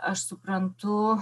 aš suprantu